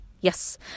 Yes